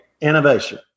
innovation